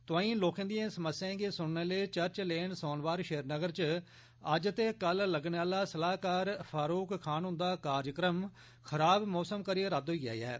तोंआई लोकें दियें समस्याएं गी सुनने लेई चर्च लेन सोनवार श्रीनगर च अज्ज ते कल लग्गने आला सलाहकार फारुक खान हुन्दा कार्यक्रम खराब मौसम करी रद्द होई गेया ऐ